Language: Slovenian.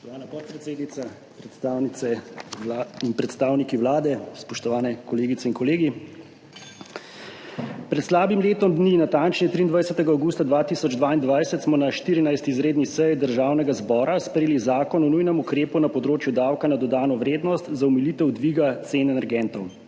Spoštovana podpredsednica, predstavnice in predstavniki Vlade! Spoštovani kolegice in kolegi! Pred slabim letom dni, natančneje 23. avgusta 2022 smo na 14. izredni seji Državnega zbora sprejeli Zakon o nujnem ukrepu na področju davka na dodano vrednost za omilitev dviga cen energentov.